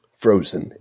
frozen